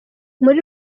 muri